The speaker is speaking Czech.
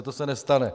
To se nestane.